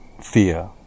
fear